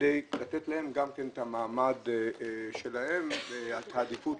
כדי לתת להם את המעמד שלהם ואת העדיפות.